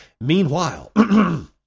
Meanwhile